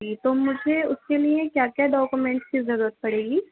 جی تو مجھے اس کے لیے کیا کیا ڈاکیومنٹ کی ضرورت پڑے گی